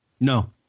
No